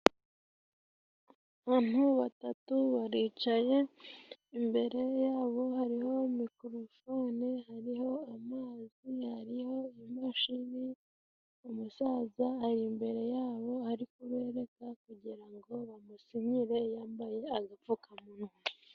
Abantu batatu baricaye imbere yabo hariho mikrofone, hariho amazi, hariho imashini, umusaza ari imbere yabo ari kubereka kugira ngo bamusinyire yambaye agapfukamunwa.